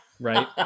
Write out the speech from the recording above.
right